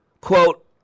Quote